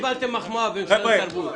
קיבלתם מחמאה במשרד התרבות,